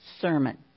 sermon